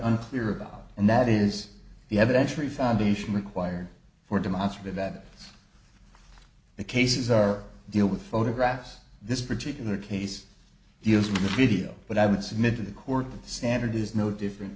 unclear about and that is the evidence very foundation required for demonstrative that the cases are deal with photographs this particular case used in the video but i would submit to the court the standard is no different